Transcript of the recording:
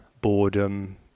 boredom